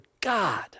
God